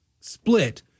split